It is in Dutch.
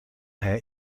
hij